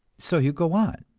so you go on,